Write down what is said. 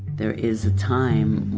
there is a time